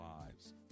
lives